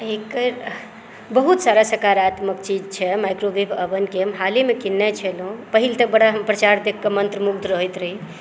एकर बहुत सारा सकारात्मक चीज छै मैक्रोवेब ओवन के हालहिमे किनने छलहुॅं पहिल तऽ बड़ा हम प्रचार देख कऽ मंत्रमुग्ध रहैत रही